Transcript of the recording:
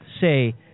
say